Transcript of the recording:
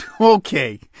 Okay